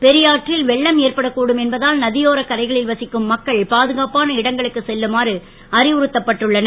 பெரியாற்றில் வெள்ளம் ஏற்படக்கூடும் என்பதால் நதியோரக் கரைகளில் வசிக்கும் மக்கள் பாதுகாப்பான இடங்களுக்கு செல்லுமாறு அறிவுறுத்தப்பட்டுள்ளனர்